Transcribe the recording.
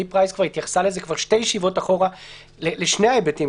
פרייס התייחסה כבר שתי ישיבות אחורה לשני ההיבטים,